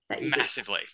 Massively